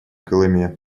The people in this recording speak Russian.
колыме